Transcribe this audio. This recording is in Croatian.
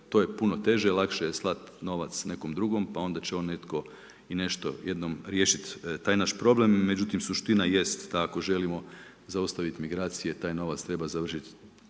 To je puno teže, lakše je slati novac nekome druge, pa onda će on netko i nešto jednom riješiti taj naš problem. Međutim, suština i jest da ako želimo zaustaviti migracije, taj novac treba završiti